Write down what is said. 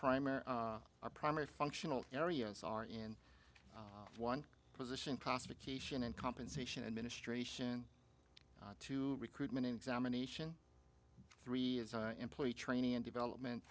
primary our primary functional areas are in one position prosecution and compensation administration to recruitment examination three employee training and development